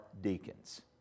deacons